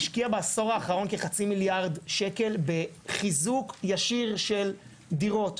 השקיע בעשור האחרון כ-0.5 מיליארד שקל בחיזוק ישיר של דירות.